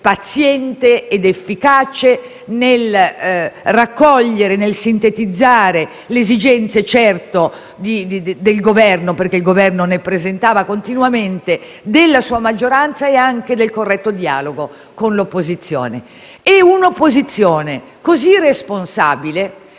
paziente ed efficace nel raccogliere e nel sintetizzare le esigenze, certo, del Governo, che ne presentava continuamente, e della sua maggioranza e anche nel corretto dialogo con l'opposizione. Poi, un'opposizione così responsabile